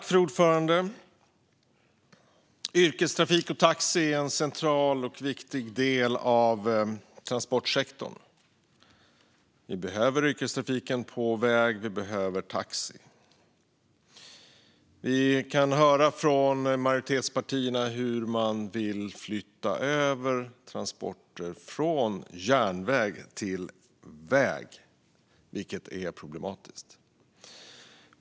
Fru talman! Yrkestrafik och taxi är en central och viktig del av transportsektorn. Yrkestrafiken på väg behövs. Taxi behövs. Majoritetspartierna vill flytta över transporter från järnväg till väg, vilket är problematiskt.